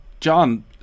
John